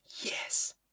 Yes